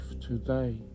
today